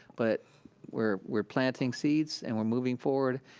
but we're we're planting seeds and we're moving forward,